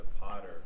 potter